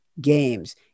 games